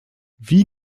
wie